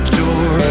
door